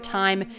time